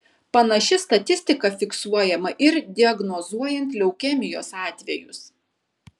panaši statistika fiksuojama ir diagnozuojant leukemijos atvejus